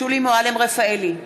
שולי מועלם-רפאלי,